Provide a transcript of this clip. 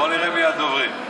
בוא נראה מי הדוברים.